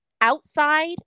outside